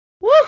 woo